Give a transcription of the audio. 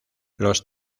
los